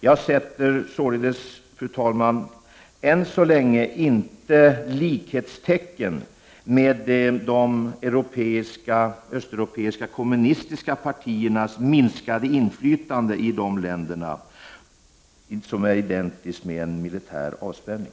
Jag sätter således, fru talman, än så länge inte likhetstecken mellan de europeiska kommunistiska partiernas minskade inflytande och en militär avspänning.